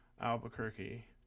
Albuquerque